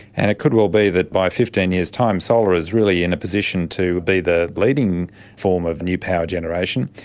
and it could well be that by fifteen years' time solar is really in a position to be the leading form of new power generation.